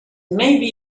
maybe